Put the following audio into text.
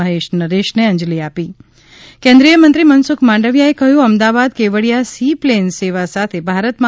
મહેશ નરેશને અંજલિ આપી કેન્દ્રિય મંત્રી મનસુખ માંડવિયાએ કહ્યું અમદાવાદ કેવડીયા સી પ્લેન સેવા સાથે ભારતમાં